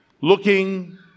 looking